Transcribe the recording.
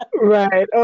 Right